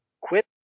Quit